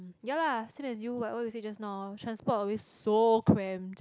ya lah same as you like what you say just now transport always so cramped